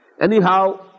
Anyhow